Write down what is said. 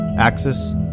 AXIS